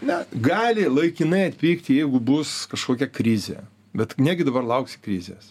ne gali laikinai atpigti jeigu bus kažkokia krizė bet negi dabar lauksi krizės